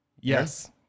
Yes